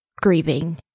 grieving